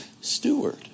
steward